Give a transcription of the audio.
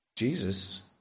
Jesus